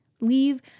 Leave